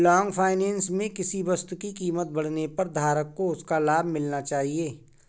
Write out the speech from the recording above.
long finance में किसी वस्तु की कीमत बढ़ने पर धारक को उसका लाभ मिलना चाहिए